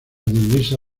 divisa